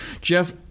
Jeff